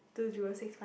two zero six five